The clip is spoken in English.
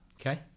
Okay